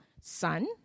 son